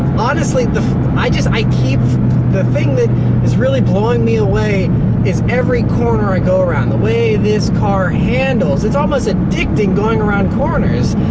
honestly, the i just, i keep the thing that is really blowing me away is every corner i go around, the way this car handles. it's almost addicting going around corners.